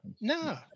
No